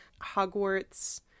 Hogwarts